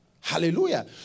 Hallelujah